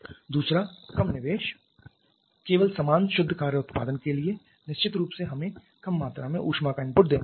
दूसरा कम निवेश केवल समान शुद्ध कार्य उत्पादन के लिए निश्चित रूप से हमें कम मात्रा में ऊष्मा का इनपुट देना होगा